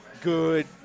good